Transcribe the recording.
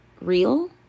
real